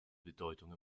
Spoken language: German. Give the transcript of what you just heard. bedeutung